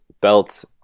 belts